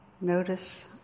Notice